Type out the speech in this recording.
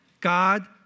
God